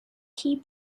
key